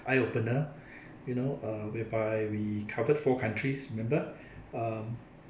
eye opener you know uh whereby we covered four countries remember um